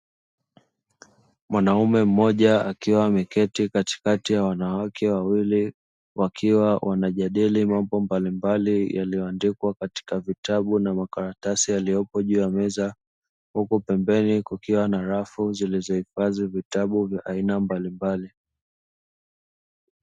Mwanaume mmoja akiwa ameketi katikati ya wanawake wawili wakiwa wanajadili mambo mbalimbali yaliyoandikwa katika vitabu na makaratasi yaliyopo juu ya meza huku pembeni kukiwa na rafu zilizohifadhi vitabu vya aina mbalimbali.